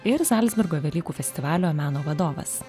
ir zalcburgo velykų festivalio meno vadovas